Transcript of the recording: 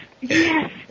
yes